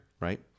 Right